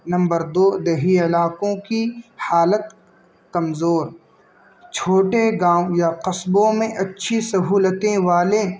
number دو دیہی علاقوں کی حالت کمزور چھوٹے گاؤں یا قصبوں میں اچھی سہولتیں والے